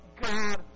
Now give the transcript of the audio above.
God